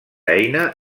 eina